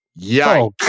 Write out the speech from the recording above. Yikes